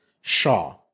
Shaw